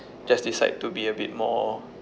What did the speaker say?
just decide to be a bit more